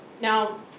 Now